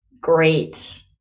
Great